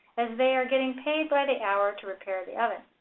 as they are getting paid by the hour to repair the oven.